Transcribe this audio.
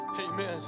Amen